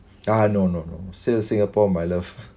ah no no no still singapore my love